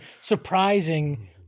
surprising